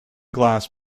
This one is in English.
glass